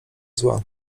zła